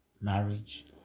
marriage